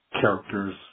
characters